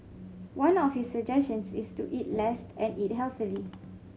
one of his suggestions is to eat less and eat healthily